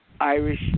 Irish